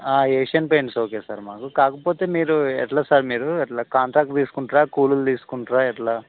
Asian Paints okay sir మాకు కాకపోతే మీరు ఎలా సార్ మీరు ఎలా కాంట్రాక్ట్ తీసుకుంటారా కూలీకి తీసుకుంటారా ఎలా